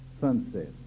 sunset